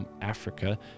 Africa